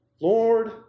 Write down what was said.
Lord